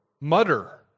mutter